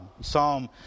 Psalm